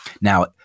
Now